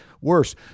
worse